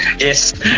Yes